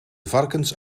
varkens